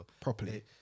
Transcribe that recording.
Properly